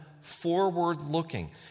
forward-looking